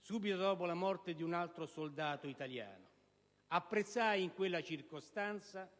subito dopo la morte di un altro soldato italiano. Apprezzai in quella circostanza